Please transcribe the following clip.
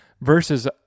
versus